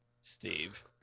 Steve